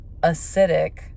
acidic